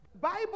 Bible